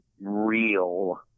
real